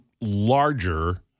larger